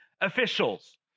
officials